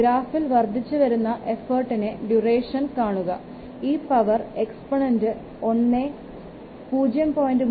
ഗ്രാഫിൽ വർദ്ധിച്ചുവരുന്ന എഫോർട്ടിൻറെ ഡ്യൂറേഷൻ കാണുക ഈ പവർ എക്സ്പൊനൻറ് 1 0